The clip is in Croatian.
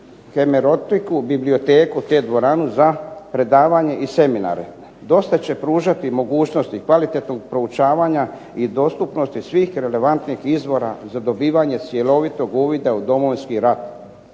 hemerotiku, biblioteku, te dvoranu za predavanje i seminare. Dosta će pružati mogućnosti kvalitetnog proučavanja i dostupnosti svih relevantnih izvora za dobivanje cjelovitog uvida u Domovinski rat.